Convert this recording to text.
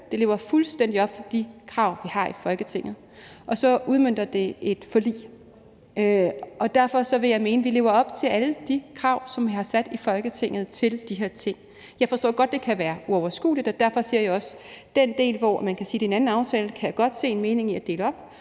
Det lever fuldstændig op til de krav, vi har i Folketinget, og så udmønter det et forlig. Derfor vil jeg mene, at vi lever op til alle de krav, som vi har sat i Folketinget til de her ting. Jeg forstår godt, det kan være uoverskueligt, og derfor siger jeg også, at den del, hvorom man kan sige, at det er en anden aftale, kan jeg godt se meningen i at dele op,